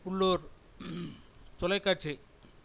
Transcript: உள்ளூர் தொலைக்காட்சி